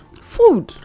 Food